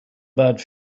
bad